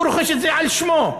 הוא רוכש את זה על שמו,